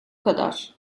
kadar